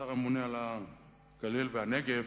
השר הממונה על הגליל והנגב,